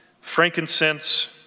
frankincense